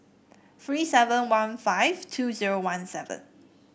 three seven one five two zero one seven